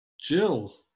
jill